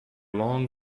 long